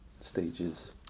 stages